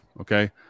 okay